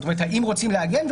האם רוצים לעגן,